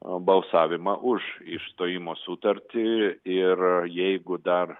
balsavimą už išstojimo sutartį ir jeigu dar